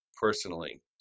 Personally